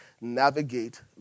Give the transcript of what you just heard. navigate